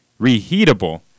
reheatable